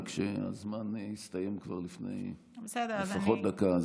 רק שהזמן הסתיים כבר לפני דקה לפחות.